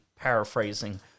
paraphrasing